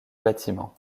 bâtiment